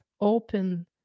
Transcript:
open